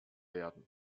werden